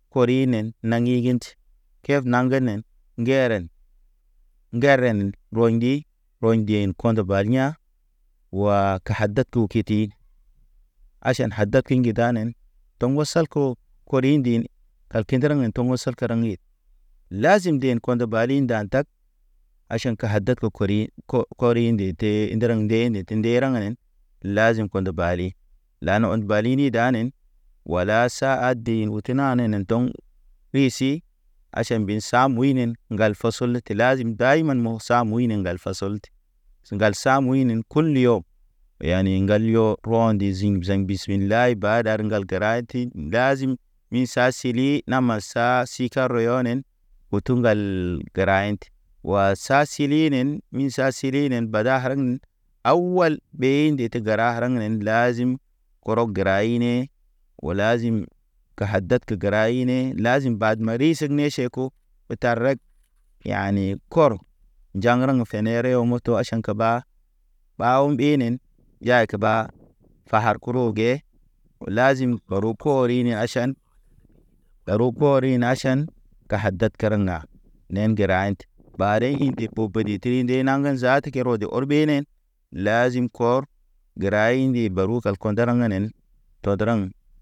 Hori nen naŋgi ŋgiti. Kef naŋge nen ŋgeren. Ŋgeren ɓoŋgi, hoʒen kondə bad ya̰, wa kadad o keti. Aʃan hada fi njidanen, ndoŋgo sal ko koriŋ ndin. Al kenderaŋ ḛ toŋgo sa karaŋge. Lazim nden kondə bali nda ndag. Aʃan ka hadad ko kori. Ko koriŋ ndete nderaŋg nde nə tə nderaŋg. Lazim kondə bali, lanon balili danen, wala sa hade ute nanen ndoŋ. Ɓisi, aʃan bin sa muynen, ŋgal fasɔd tə lazim dayman mo̰ sa muyne ŋgal fasɔd. Ŋgal sa muynen kulu yɔm. Yani ŋgal yo po̰ dezim zim bismilay ba dar ŋgal keratə, tin dazim. Mi sa sili nama sa sika rɔyɔnen. Utu ŋgal gəra hintə. Wa sa silinen min sa silinen bada haraheŋ, aw wal ndete gəra haraŋ nen lazim, korog gəra hine o lazimi. Yani kɔr jaraŋ fene rewo moto aʃan kaba, ɓaw mbenen jay kə ɓa. Bahar kuru ge, lazim uru koori ne aʃan, uru koori ne aʃan gaha dat kəraŋga. Nen ŋgera inti. Bade in o pedi tri nde naŋ kə zate kew, keroj ɔr ɓenen, lazim kɔr. Gera hindi baru kal kondoraŋ nen, toderaŋ.